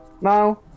now